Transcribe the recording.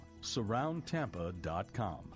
surroundtampa.com